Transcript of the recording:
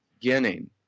beginning